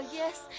yes